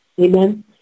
Amen